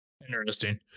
Interesting